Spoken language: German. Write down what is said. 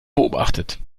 beobachtet